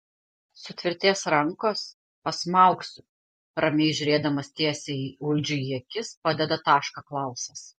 sutvirtės rankos pasmaugsiu ramiai žiūrėdamas tiesiai uldžiui į akis padeda tašką klausas